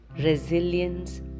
resilience